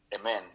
Amen